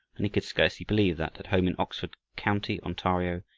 and he could scarcely believe that, at home in oxford county, ontario,